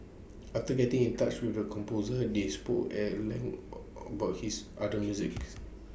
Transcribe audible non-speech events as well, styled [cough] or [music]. after getting in touch with the composer they spoke at length [hesitation] about his other musics